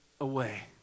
away